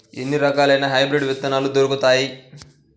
ఎన్ని రకాలయిన హైబ్రిడ్ విత్తనాలు దొరుకుతాయి?